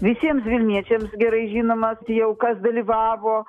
visiems vilniečiams gerai žinoma jau kas dalyvavo